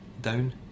down